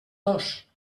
dos